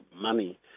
money